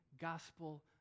gospel